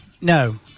No